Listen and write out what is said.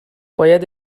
باید